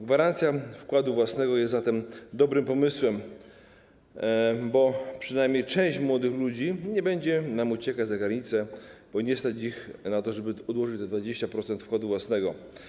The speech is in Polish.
Gwarancja wkładu własnego jest zatem dobrym pomysłem, ponieważ przynajmniej część młodych ludzi nie będzie nam uciekać za granicę, bo nie stać ich na to, żeby odłożyć te 20% wkładu własnego.